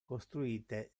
costruite